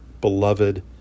beloved